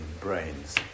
brains